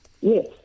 Yes